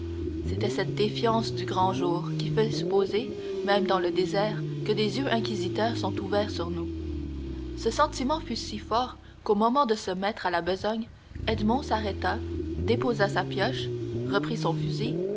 c'était cette défiance du grand jour qui fait supposer même dans le désert que des yeux inquisiteurs sont ouverts sur nous ce sentiment fut si fort qu'au moment de se mettre à la besogne edmond s'arrêta déposa sa pioche reprit son fusil